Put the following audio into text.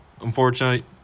Unfortunately